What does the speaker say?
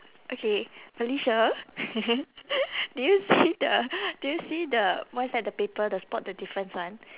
okay felicia do you see the do you see the what's that the paper the spot the difference one